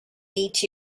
meet